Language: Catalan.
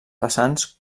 vessants